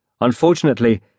Unfortunately